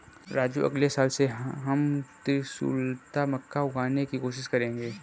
राजू अगले साल से हम त्रिशुलता मक्का उगाने की कोशिश करेंगे